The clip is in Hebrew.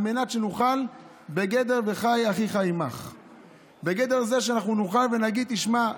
על מנת שנוכל לומר בגדר "וחי אחיך עמך"; בגדר זה שנוכל להגיד: תשמע,